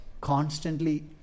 constantly